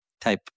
type